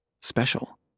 special